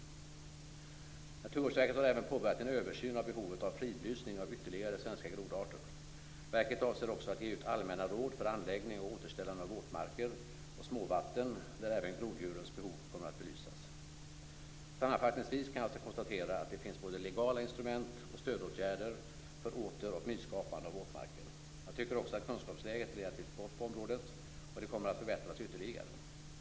Naturvårdsverket har även påbörjat en översyn av behovet av fridlysning av ytterligare svenska grodarter. Verket avser också att ge ut allmänna råd för anläggning och återställande av våtmarker och småvatten där även groddjurens behov kommer att belysas. Sammanfattningsvis kan jag alltså konstatera att det finns både legala instrument och stödåtgärder för åter och nyskapande av våtmarker. Jag tycker också att kunskapsläget är relativt gott på området och det kommer att förbättras ytterligare.